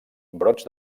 brots